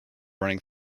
running